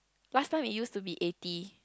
last time it used to be eighty